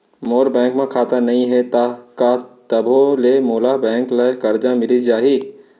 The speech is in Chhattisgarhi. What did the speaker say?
मोर बैंक म खाता नई हे त का तभो ले मोला बैंक ले करजा मिलिस जाही?